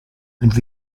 and